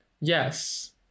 yes